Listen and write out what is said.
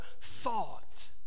thought